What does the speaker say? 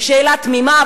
שאלה תמימה,